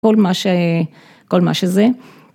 כל מה ש, כל מה שזה.